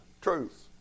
truth